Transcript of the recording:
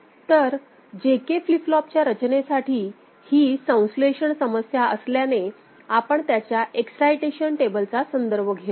तर J K flip फ्लॉपच्या रचनेसाठी ही संश्लेषण समस्या असल्याने आपण त्याच्या एक्सायटेशन टेबलचा संदर्भ घेऊ